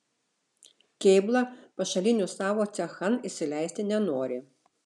kėbla pašalinių savo cechan įsileisti nenori